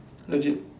legit